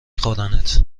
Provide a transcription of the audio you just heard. خورنت